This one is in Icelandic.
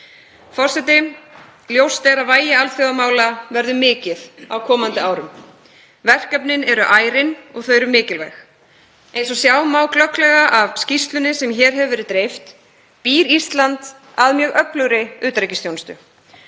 Forseti. Ljóst er að vægi alþjóðamála verður mikið á komandi árum. Verkefnin eru ærin og þau eru mikilvæg. Eins og sjá má glögglega af skýrslunni sem hér hefur verið dreift býr Ísland að öflugri utanríkisþjónustu